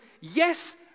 yes